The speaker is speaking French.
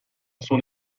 son